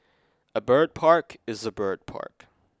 a bird park is a bird park